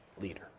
leader